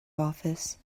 office